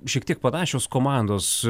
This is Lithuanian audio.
šiek tiek panašios komandos